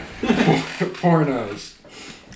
pornos